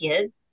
kids